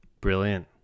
Brilliant